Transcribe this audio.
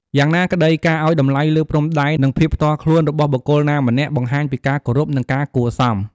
យ៉ាងណាក្ដី ការឱ្យតម្លៃលើព្រំដែន និងភាពផ្ទាល់ខ្លួនរបស់បុគ្គលណាម្នាក់ បង្ហាញពីការគោរព និងការគួរសម។